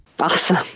awesome